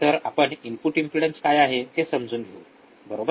तर आपण input impedance काय आहे ते समजून घेऊ बरोबर